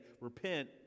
Repent